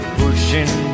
pushing